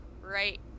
right